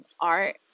art